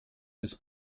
bis